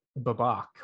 babak